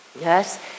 Yes